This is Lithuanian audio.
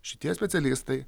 šitie specialistai